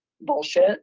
bullshit